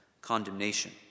condemnation